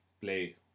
play